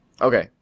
Okay